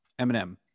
Eminem